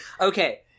Okay